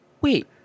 Wait